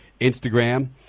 Instagram